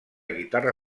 guitarra